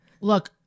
Look